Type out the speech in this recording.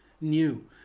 new